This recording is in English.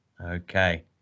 Okay